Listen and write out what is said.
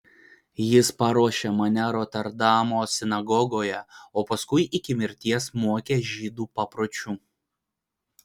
jis paruošė mane roterdamo sinagogoje o paskui iki mirties mokė žydų papročių